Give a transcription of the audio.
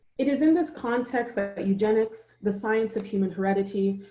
it is in this context that but eugenics, the science of human heredity,